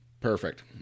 Perfect